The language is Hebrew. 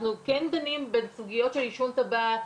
אנחנו כן דנים בסוגיות של עישון טבק,